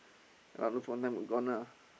ya lose one time gone ah